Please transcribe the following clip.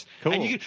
Cool